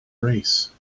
race